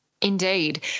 Indeed